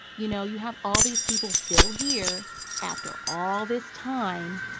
you know, you have all these people still here after all this time